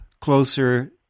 closer